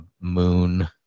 moon